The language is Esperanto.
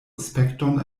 respekton